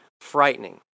frightening